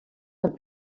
amb